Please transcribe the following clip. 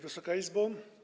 Wysoka Izbo!